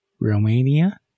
Romania